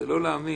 זה לא להאמין,